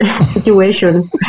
situation